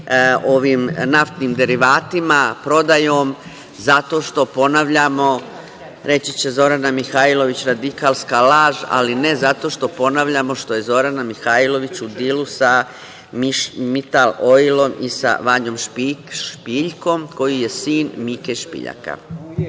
ovim naftnim derivatima, prodajom. Zato što ponavljamo, reći će Zorana Mihajlović „radikalska laž“, ali ne, zato što ponavljamo što je Zorana Mihajlović u dilu sa „Mitan Oilom“ i sa Vanjom Špiljkom koji je sin Mike Špiljaka.